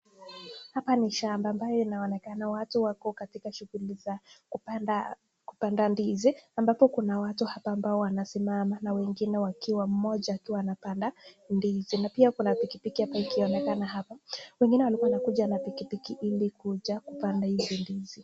Hapa ni shamba ambayo inaonekana watu wako katika shughuli za kupanda ndizi ambapo kuna watu hapa ambao wanasimama na wengine wakiwa, mmoja akiwa anapanda ndizi na pia kuna pikipiki hapa ikionekana hapa. Wengine walikuwa wanakuja na pikipiki ili kuja kupanda hizi ndizi.